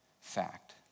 Fact